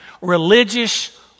Religious